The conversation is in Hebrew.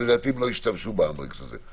שלדעתי הם לא ישתמשו ב-hand brake הזה.